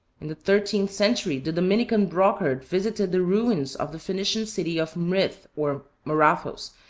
in the thirteenth century the dominican brocard visited the ruins of the phoenician city of mrith or marathos,